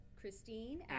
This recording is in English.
Christine